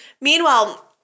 Meanwhile